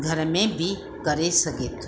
घर में बि करे सघे थो